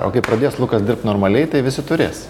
o kai pradės lukas dirbt normaliai tai visi turės